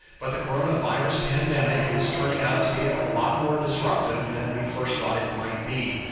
but the coronavirus pandemic is turning out to be a lot more disruptive than we first thought it might be.